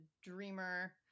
dreamer